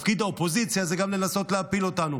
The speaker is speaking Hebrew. תפקיד האופוזיציה זה גם לנסות להפיל אותנו,